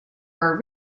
her